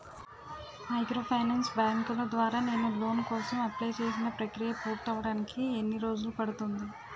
Microfinance బ్యాంకుల ద్వారా నేను లోన్ కోసం అప్లయ్ చేసిన ప్రక్రియ పూర్తవడానికి ఎన్ని రోజులు పడుతుంది?